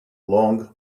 long